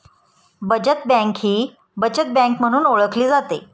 बचत बँक ही बचत बँक म्हणून ओळखली जाते